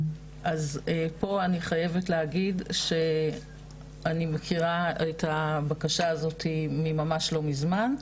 פה אני חייבת להגיד שאני מכירה את הבקשה הזאת ממש לא ממזמן,